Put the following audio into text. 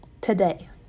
today